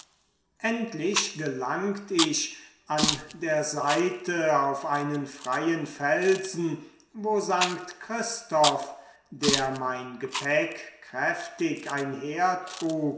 endlich gelangt ich an der seite auf einen freien felsen wo st christoph der mein gepäck kräftig